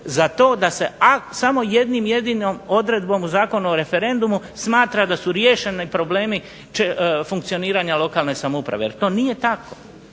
za to da se samo jednom jedinom odredbom u Zakonu o referendumu smatra da su riješeni problemi funkcioniranja lokalne samouprave jer to nije tako.